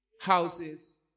houses